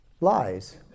lies